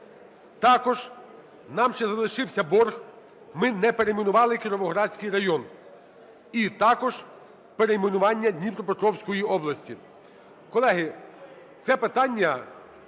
Також нам ще залишився борг, ми не перейменували Кіровоградський район, і також перейменування Дніпропетровської області.